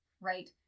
right